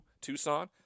Tucson